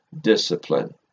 discipline